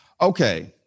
Okay